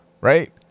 right